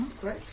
Great